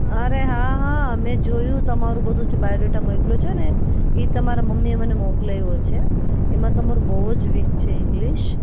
અરે હા હા મેં જોયું તમારું બધુ જ બાયોડેટા મોકલ્યો છે ને એ તમારા મમ્મીએ મને મોકલાવ્યો છે એમાં તમારું બહુ જ વીક છે ઇંગ્લિશ